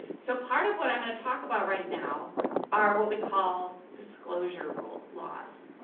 so part of what i'm gonna talk about right now are what we call disclosure rule laws.